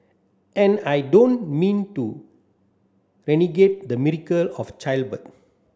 and I don't mean to denigrate the miracle of childbirth